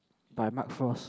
by Mark Frost